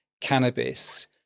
cannabis